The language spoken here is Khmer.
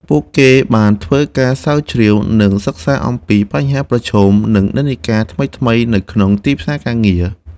ពួកគេបានធ្វើការស្រាវជ្រាវ និងសិក្សាអំពីបញ្ហាប្រឈម និងនិន្នាការថ្មីៗនៅក្នុងទីផ្សារការងារ។